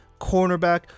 cornerback